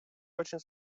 очень